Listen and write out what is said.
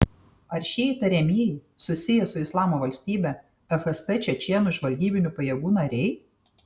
ar šie įtariamieji susiję su islamo valstybe fst čečėnų žvalgybinių pajėgų nariai